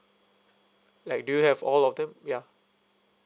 like do you have all of them ya